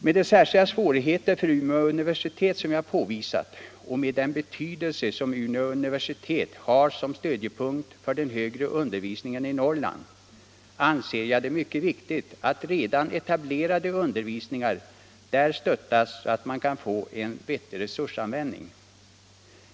Med de särskilda svårigheter för Umeå universitet som jag påvisat och med den betydelse som Umeå universitet har som stödjepunkt för den högre undervisningen i Norrland anser jag det mycket viktigt att redan etablerade undervisningar där stöttas, så att man kan få en riktig resursanvändning.